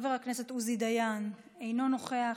חבר הכנסת עוזי דיין, אינו נוכח,